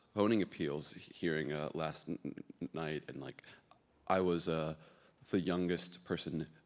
zoning appeals hearing ah last and night and like i was ah the youngest person